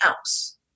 else